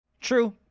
True